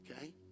okay